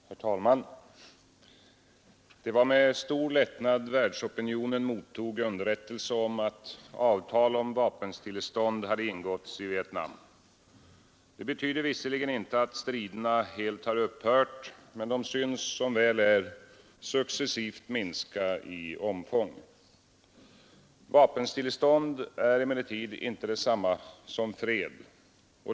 Herr talman! Det var med stor lättnad världsopinionen mottog underrättelse om att avtal om vapenstillestånd hade ingåtts i Vietnam. Det betyder visserligen inte att striderna helt har upphört men de synes, som väl är, successivt minska i omfång. Vapenstillestånd är emellertid inte detsamma som fred.